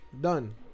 Done